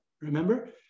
remember